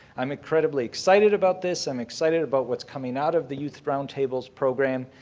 i'm incredibly excited about this. i'm excited about what's coming out of the youth roundtables program,